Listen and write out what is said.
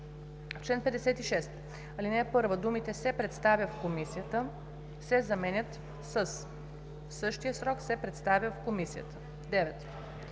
чл. 56, ал. 1 думите „се представя в комисията“ се заменят с „в същия срок се представя в комисията“. 9.